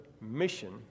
mission